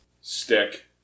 Stick